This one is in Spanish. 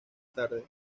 tarde